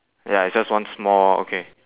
ya it's just one small okay